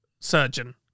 surgeon